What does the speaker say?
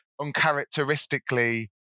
uncharacteristically